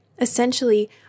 Essentially